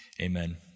amen